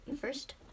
first